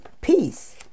peace